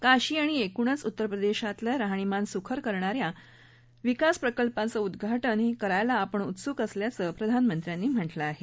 काशी आणि एकूणच उत्तर प्रदेशातलं राहणीमान सुखकर करणा या विकास प्रकल्पांचं उद्घाटन करायाला आपण उत्सुक असल्याचं प्रधानमंत्र्यांनी म्हटलं आहे